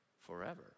forever